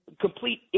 complete